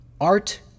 art